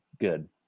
good